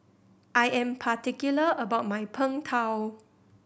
I am particular about my Png Tao